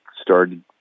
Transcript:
started